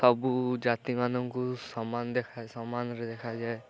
ସବୁ ଜାତିମାନଙ୍କୁ ସମାନ ଦେଖା ସମାନରେ ଦେଖାଯାଏ